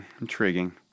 Intriguing